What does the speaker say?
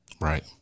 Right